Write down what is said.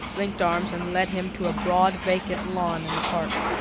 linked arms and led him to a broad vacant lawn in the park.